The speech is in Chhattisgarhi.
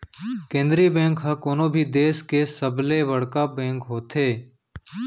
केंद्रीय बेंक ह कोनो भी देस के सबले बड़का बेंक होथे